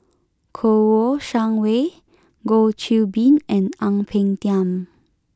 Kouo Shang Wei Goh Qiu Bin and Ang Peng Tiam